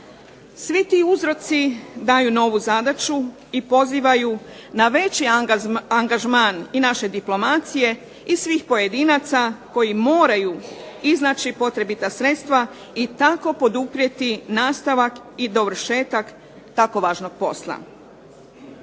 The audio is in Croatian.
Svi ti uzroci daju novu zadaću i pozivaju na veći angažman i naše diplomacije i svih pojedinaca koji moraju iznaći potrebita sredstva i tako poduprijeti nastavak i dovršetak tako važnog posla.